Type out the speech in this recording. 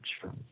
Sure